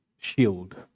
shield